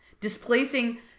displacing